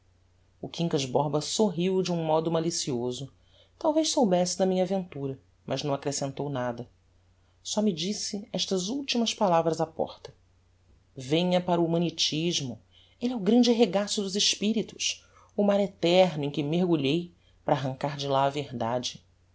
o quincas borba sorriu de um modo malicioso talvez soubesse da minha aventura mas não accrescentou nada só me disse estas ultimas palavras á porta venha para o humanitismo elle é o grande regaço dos espiritos o mar eterno em que mergulhei para arrancar de lá a verdade